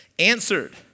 answered